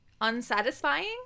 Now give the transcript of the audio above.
unsatisfying